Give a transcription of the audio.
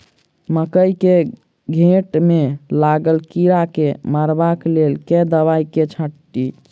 मकई केँ घेँट मे लागल कीड़ा केँ मारबाक लेल केँ दवाई केँ छीटि?